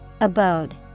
Abode